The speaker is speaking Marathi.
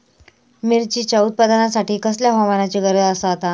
मिरचीच्या उत्पादनासाठी कसल्या हवामानाची गरज आसता?